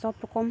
ᱥᱚᱵᱨᱚᱠᱚᱢ